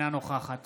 אינה נוכחת